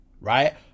right